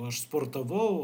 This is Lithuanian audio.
aš sportavau